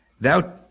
Thou